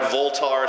Voltar